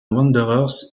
wanderers